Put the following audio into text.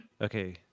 Okay